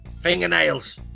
Fingernails